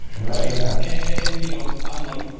imagine that and you know i'm like,